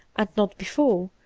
and not before,